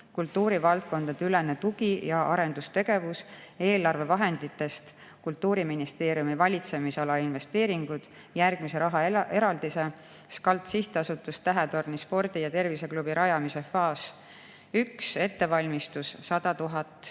"Kultuuri valdkondade ülene tugi- ja arendustegevus" eelarvevahenditest "Kultuuriministeeriumi valitsemisala investeeringud" järgmise rahaeraldise: "SCULT SIHTASUTUS – Tähetorni Spordi- ja Terviseklubi rajamise faas I: ettevalmistus – 100 000